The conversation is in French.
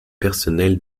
personnel